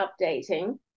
updating